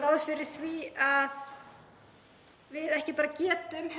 ráð fyrir því að við ekki bara getum